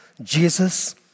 Jesus